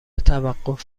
توقف